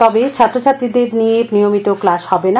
তবে ছাত্রছাত্রীদের নিয়ে নিয়মিত ক্লাশ হবে না